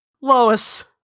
Lois